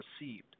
received